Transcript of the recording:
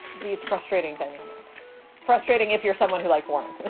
these frustrating dynamics frustrating if you're someone who like